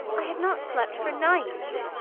i have not slept for nights.